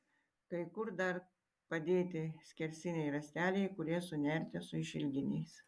kai kur dar padėti skersiniai rąsteliai kurie sunerti su išilginiais